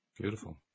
Beautiful